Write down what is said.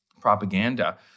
propaganda